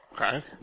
Okay